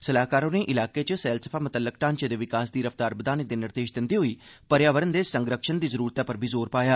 सलाहकार होरें इलाके च सैलसफा मतल्लक ढांचे दे विकास दी रफ्तार बघाने दे निर्देश दिंदे होई पर्यावरण दे संरक्षण दी जरूरतै पर बी जोर पाया